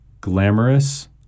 glamorous